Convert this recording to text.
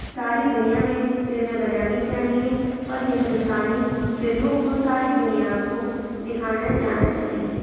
ساری دُنیا میں فلمیں بنانی چاہیے اور ہندوستانی فلموں کو ساری دنیا کو دکھانا جانا چاہیے